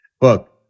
Look